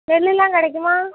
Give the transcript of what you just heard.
பெல்லெலாம் கிடைக்குமா